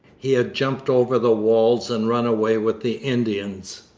he had jumped over the walls and run away with the indians.